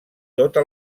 tota